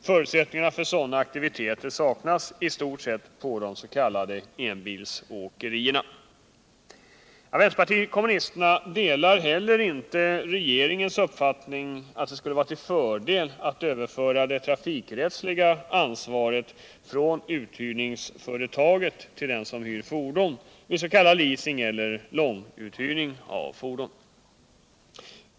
Förutsättningarna för sådana aktiviteter saknas i stort sett på de s.k. enbilsåkerierna. Vänsterpartiet kommunisterna delar inte regeringens uppfattning att det skulle vara till fördel att överföra det trafikrättsliga ansvaret från uthyrningsföretaget till den som hyr fordon vid s.k. leasing eller långtidsuthyrning av fordon.